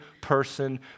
person